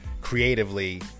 creatively